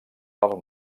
del